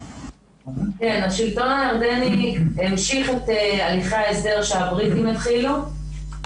השלטון הירדני המשיך את הליכי ההסדר שהבריטים התחילו בו,